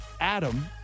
Adam